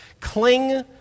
cling